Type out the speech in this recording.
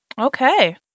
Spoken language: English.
okay